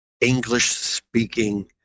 english-speaking